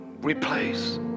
replace